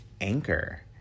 Anchor